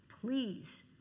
please